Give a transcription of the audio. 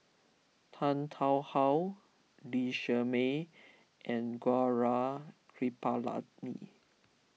Tan Tarn How Lee Shermay and Gaurav Kripalani